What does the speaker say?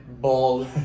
ball